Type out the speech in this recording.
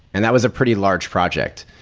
and that was a pretty large project.